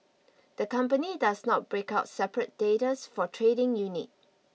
the company does not break out separate data's for trading unit